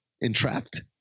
Entrapped